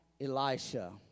Elisha